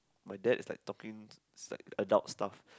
my dad is like talking it's like adult stuff